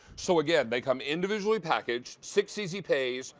so, again, they come individually packaged, six easy pays,